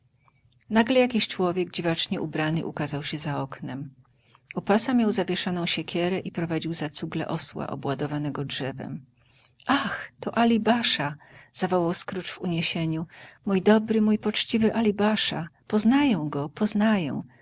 nagle jakiś człowiek dziwacznie ubrany ukazał się za oknem u pasa miał zawieszoną siekierę i prowadził za cugle osła obładowanego drzewem ach to ali basza zawołał scrooge w uniesieniu mój dobry mój poczciwy ali basza poznaję go poznaję